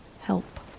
help